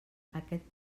aquest